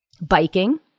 Biking